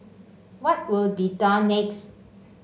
what will be done next